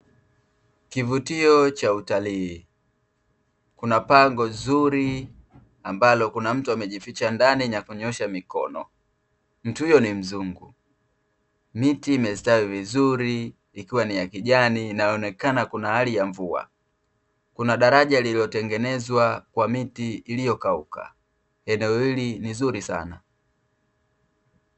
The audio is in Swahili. Kivutio cha utalii. kuna pango zuri ambalo kuna mtu amejificha ndani na kunyoosha mikono. mtu huyo ni mzungu. Miti imestawi vizuri ikiwa ni ya kijani inayoonekana kuna hali ya mvua. Kuna daraja lililotengenezwa kwa miti iliyokauka. eneo hili ni nzuri sana.